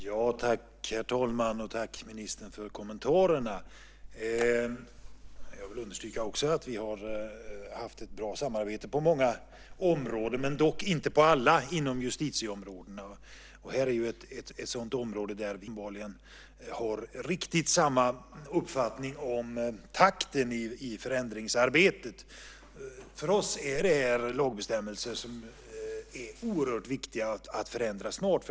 Herr talman! Tack, ministern för kommentarerna! Jag vill också understryka att vi har haft ett bra samarbete på många områden, dock inte på alla justitieområden. Det här är ett sådant område där vi uppenbarligen inte har riktigt samma uppfattning om takten i förändringsarbetet. För oss är det här lagbestämmelser som det är oerhört viktigt att förändra snart.